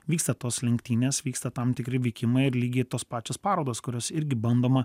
vyksta tos lenktynės vyksta tam tikri vykimai ir lygiai tos pačios parodos kurios irgi bandoma